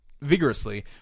vigorously